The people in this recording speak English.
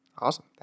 Awesome